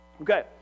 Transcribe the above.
Okay